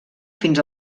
fins